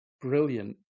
brilliant